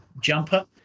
jumper